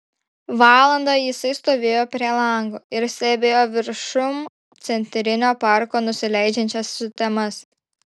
valandą jisai stovėjo prie lango ir stebėjo viršum centrinio parko nusileidžiančias sutemas